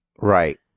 Right